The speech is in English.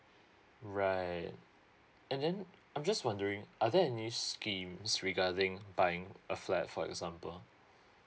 right and then I'm just wondering are there any schemes regarding buying a flat for example